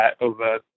over